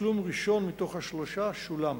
תשלום ראשון מתוך השלושה שולם.